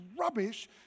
rubbish